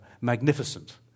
magnificent